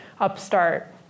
upstart